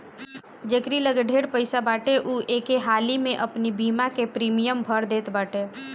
जकेरी लगे ढेर पईसा बाटे उ एके हाली में अपनी बीमा के प्रीमियम भर देत बाटे